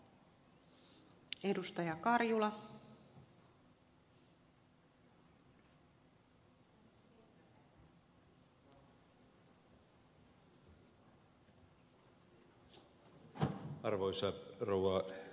arvoisa rouva puhemies